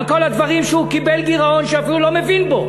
על כל הדברים שהוא קיבל גירעון שאפילו הוא לא מבין בו,